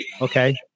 Okay